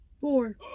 four